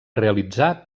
realitzar